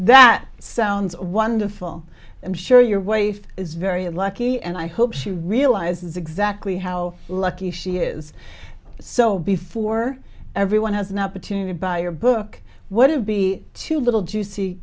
that sounds wonderful i'm sure your waif is very unlucky and i hope she realizes exactly how lucky she is so before everyone has an opportunity to buy your book what it would be too little juicy